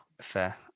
Fair